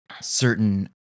certain